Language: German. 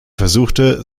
versuchte